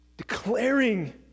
Declaring